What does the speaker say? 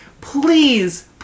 Please